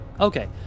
okay